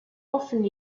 often